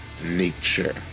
nature